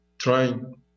trying